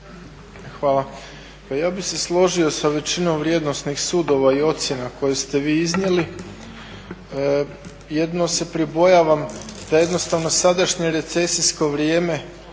Hvala. Pa ja bih se složio sa većinom vrijednosnih sudova i ocjena koje ste vi iznijeli. Jedino se pribojavam da jednostavno sadašnje recesijsko vrijeme